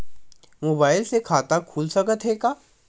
Mobile से खाता खुल सकथे का?